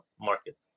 market